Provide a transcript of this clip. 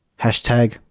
hashtag